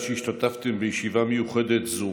על שהשתתפתם בישיבה מיוחדת זו.